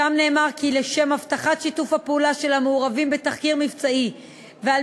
שם נאמר כי לשם הבטחת שיתוף הפעולה של המעורבים בתחקיר מבצעי ועל